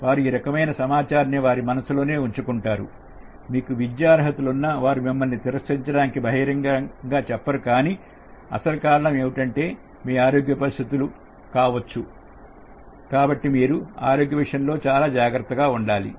వారు ఈ రకమైన సమాచారాన్ని వారి మనసులోనే ఉంచుకుంటారు మీకు విద్య అర్హతలు ఉన్నా వారు మిమ్మల్ని తిరస్కరించడానికి బహిరంగంగా చెప్పారు కానీ అసలు కారణం మీ ఆరోగ్య పరిస్థితులు కావచ్చు కాబట్టి మీరు ఆరోగ్య విషయంలో చాలా జాగ్రత్తగా ఉండాలి